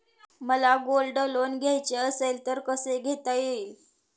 मला gold loan घ्यायचे असेल तर कसे घेता येईल?